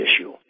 issue